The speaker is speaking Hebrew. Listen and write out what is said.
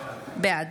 בעד